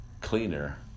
cleaner